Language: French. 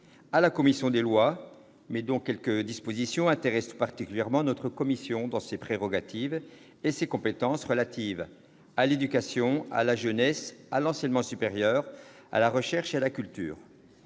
à la commission des lois, mais dont quelques dispositions intéressent tout particulièrement notre commission, dans ses compétences relatives à l'éducation, à la jeunesse, à l'enseignement supérieur, à la recherche et à la culture.